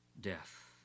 death